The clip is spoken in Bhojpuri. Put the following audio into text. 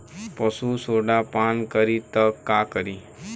पशु सोडा पान करी त का करी?